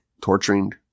torturing